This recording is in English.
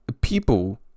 people